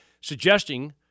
suggesting